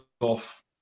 off